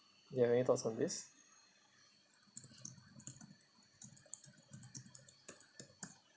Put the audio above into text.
ya any thoughts on this